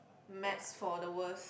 maths for the worst